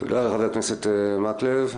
תודה חבר הכנסת מקלב.